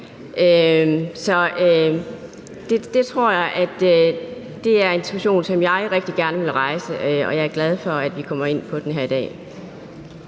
jeg er en diskussion, som jeg rigtig gerne vil rejse, og jeg er glad for, at vi kommer ind på den her i dag.